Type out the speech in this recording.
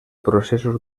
processos